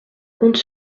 compte